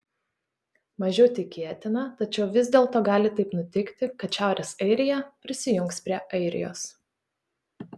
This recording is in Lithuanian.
mažiau tikėtina tačiau vis dėlto gali taip nutikti kad šiaurės airija prisijungs prie airijos